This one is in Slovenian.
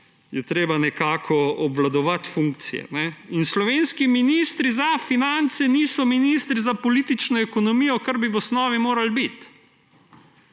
je treba nekako obvladovati funkcije. Slovenski ministri za finance niso ministri za politično ekonomijo, kar bi v osnovi morali biti.